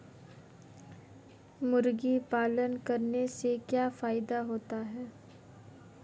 मुर्गी पालन करने से क्या फायदा होता है?